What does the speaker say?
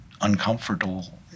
uncomfortable